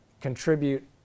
contribute